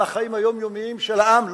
על החיים היומיומיים של העם,